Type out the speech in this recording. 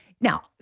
Now